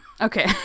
Okay